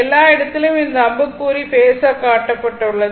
எல்லா இடத்திலும் இந்த அம்புக்குறி பேஸர் காட்டப்பட்டுள்ளது